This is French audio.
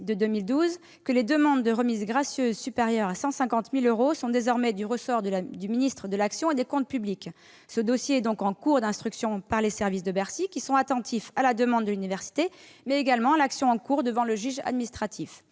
que les demandes de remises gracieuses supérieures à 150 000 euros sont désormais du ressort du ministre de l'action et des comptes publics. Ce dossier est donc en cours d'instruction par les services de Bercy, qui sont attentifs à la demande de l'université, mais également à l'action pendante devant le juge administratif.